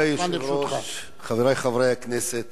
אדוני היושב-ראש, חברי חברי הכנסת,